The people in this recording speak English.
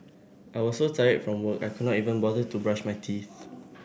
I was so tired from work I could not even bother to brush my teeth